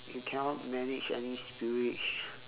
you cannot manage any spillage